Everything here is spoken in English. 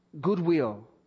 goodwill